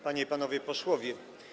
Panie i Panowie Posłowie!